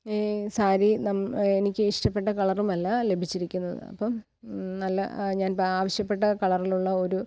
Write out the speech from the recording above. ഈ സാരി നം എനിക്ക് ഇഷ്ടപ്പെട്ട കളറും അല്ല ലഭിച്ചിരിക്കുന്നത് അപ്പം നല്ല ഞാൻ ആവശ്യപ്പെട്ട കളറിലുള്ള ഒരു